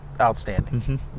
outstanding